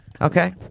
Okay